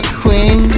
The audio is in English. queen